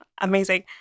amazing